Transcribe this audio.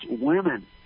women